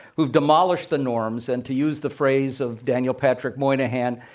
who have demolished the norms. and to use the phrase of daniel patrick moynihan,